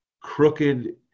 crooked